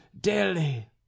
daily